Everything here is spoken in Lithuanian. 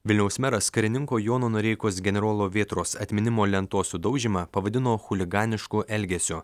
vilniaus meras karininko jono noreikos generolo vėtros atminimo lentos sudaužymą pavadino chuliganišku elgesiu